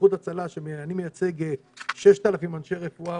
כ"איחוד הצלה" אני מייצג 6,000 אנשי רפואה,